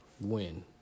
Win